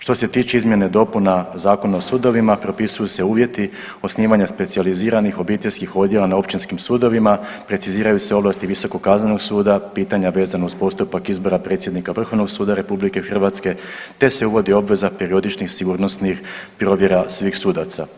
Što se tiče izmjena i dopuna Zakona o sudovima propisuju se uvjeti osnivanja specijaliziranih obiteljskih odjela na općinskim sudovima, preciziraju se ovlasti Visokog kaznenog suda, pitanja vezan uz postupak izbora predsjednika Vrhovnog suda RH te se uvodi obveza periodičnih sigurnosnih provjera svih sudaca.